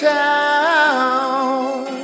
town